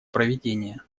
проведение